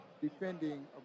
defending